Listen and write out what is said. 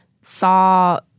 saw